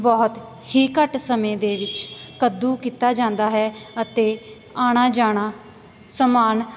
ਬਹੁਤ ਹੀ ਘੱਟ ਸਮੇਂ ਦੇ ਵਿੱਚ ਕੱਦੂ ਕੀਤਾ ਜਾਂਦਾ ਹੈ ਅਤੇ ਆਉਣਾ ਜਾਣਾ ਸਮਾਨ